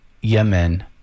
Yemen